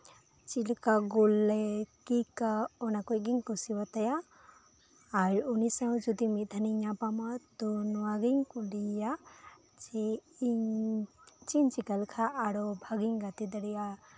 ᱪᱮᱫ ᱞᱮᱠᱟ ᱜᱳᱞ ᱨᱮᱭ ᱠᱤᱠᱟ ᱚᱱᱟᱠᱚᱜᱤᱧ ᱠᱩᱥᱤᱣᱟᱛᱟᱭᱟ ᱟᱨ ᱩᱱᱤ ᱥᱟᱶ ᱡᱩᱫᱤ ᱢᱤᱫ ᱫᱷᱟᱣᱜᱟᱱᱤᱧ ᱧᱟᱯᱟᱢᱟ ᱛᱚ ᱱᱚᱣᱟᱜᱤᱧ ᱠᱩᱞᱤᱭᱮᱭᱟ ᱡᱮ ᱤᱧ ᱪᱮᱫ ᱤᱧ ᱪᱤᱠᱟᱹ ᱞᱮᱠᱷᱟᱱ ᱟᱨᱚ ᱵᱷᱟᱹᱜᱤᱧ ᱜᱟᱛᱮ ᱫᱟᱲᱮᱣᱟᱜᱼᱟ